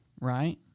right